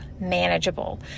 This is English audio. manageable